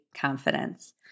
Confidence